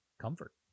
comfort